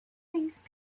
these